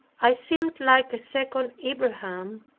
i seemed like a second abraham,